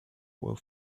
were